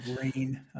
green